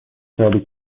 شریک